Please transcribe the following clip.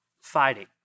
fighting